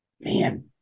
man